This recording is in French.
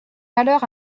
malheur